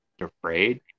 afraid